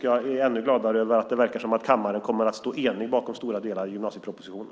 Jag är ännu gladare över att det verkar som om kammaren kommer att stå enig bakom stora delar av gymnasiepropositionen.